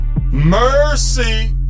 mercy